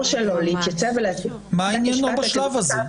שלו להתייצב --- מה עניינו בשלב הזה?